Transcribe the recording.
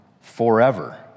forever